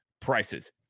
prices